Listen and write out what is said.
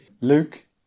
Luke